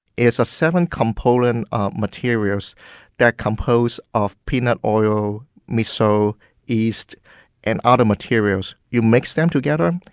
is ah seven component ah materials that compose of peanut oil, miso, yeast and other materials. you mix them together,